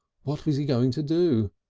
what was he going to do?